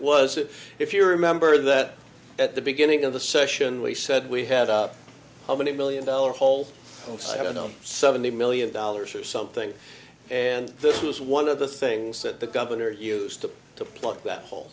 was it if you remember that at the beginning of the session we said we had how many million dollars hole i don't know seventy million dollars or something and this is one of the things that the governor used to plug that hole